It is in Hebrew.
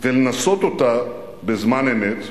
ולנסות אותה בזמן אמת.